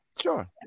sure